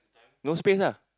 no space ah